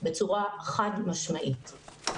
בצורה חד משמעית.